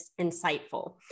insightful